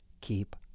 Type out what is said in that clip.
keep